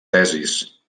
tesis